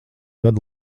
gadu